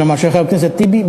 כלומר של חבר הכנסת טיבי,